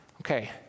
Okay